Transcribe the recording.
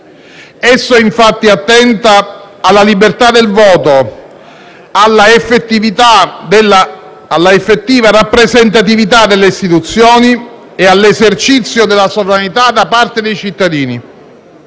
Esso infatti attenta alla libertà del voto, all'effettiva rappresentatività delle istituzioni e all'esercizio della sovranità da parte dei cittadini.